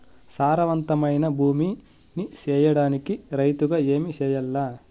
సారవంతమైన భూమి నీ సేయడానికి రైతుగా ఏమి చెయల్ల?